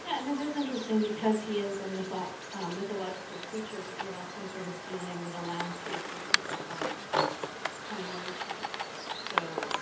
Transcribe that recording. yeah and it is interesting because he is a ah mythological creature, but you're also sort of dealing with a landscape where people are coming into it. so